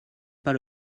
pas